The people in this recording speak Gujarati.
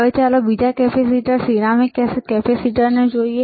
હવે ચાલો બીજા કેપેસિટર સિરામિક કેપેસિટર જોઈએ